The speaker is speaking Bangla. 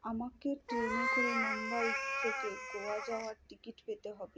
আমাকে ট্রেনে করে মুম্বাই থেকে গোয়া যাওয়ার টিকিট পেতে হবে